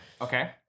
okay